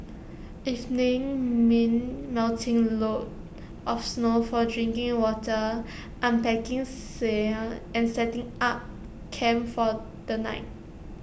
evenings mean melting loads of snow for drinking water unpacking sleds and setting up camp for the night